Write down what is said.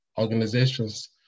organizations